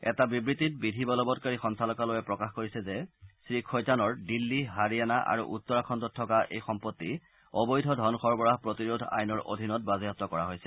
এটা বিবৃতিত বিধি বলৱৎকাৰী সঞালকালয়ে প্ৰকাশ কৰিছে যে শ্ৰীখৈতানৰ দিল্লী হাৰিয়ানা আৰু উত্তৰাখণ্ডত থকা এই সম্পত্তি অবৈধ ধন সৰবৰাহ প্ৰতিৰোধ আইনৰ অধীনত বাজেয়াপ্ত কৰা হৈছে